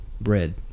Bread